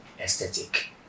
aesthetic